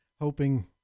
hoping